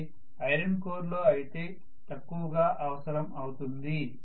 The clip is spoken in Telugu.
అదే ఐరన్ కోర్ లో అయితే తక్కువగా అవసరం అవుతుంది